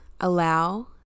allow